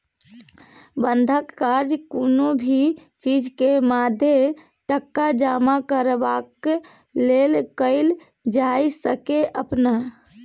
बंधक कर्जा कुनु भी चीज के मादे टका जमा करबाक लेल कईल जाइ सकेए अपन